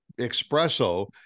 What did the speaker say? espresso